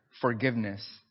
forgiveness